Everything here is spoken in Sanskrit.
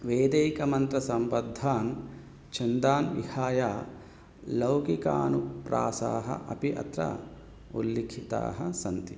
वैदिकमन्त्रसम्बद्धान् छन्दान् विहाय लौकिकानुप्रासाः अपि अत्र उल्लिखिताः सन्ति